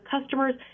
customers